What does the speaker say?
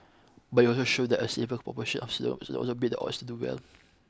but it also showed that a significant proportion of also beat the odds do well